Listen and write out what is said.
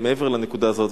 מעבר לנקודה הזאת,